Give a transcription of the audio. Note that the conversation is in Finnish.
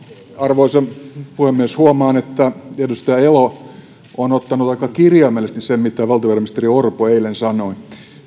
arvoisa puhemies huomaan että edustaja elo on ottanut aika kirjaimellisesti sen mitä valtiovarainministeri orpo eilen sanoi